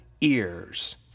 ears